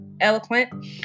eloquent